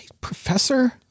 professor